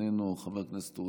חבר הכנסת ינון אזולאי,